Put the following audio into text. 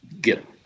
get